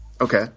Okay